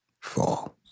fall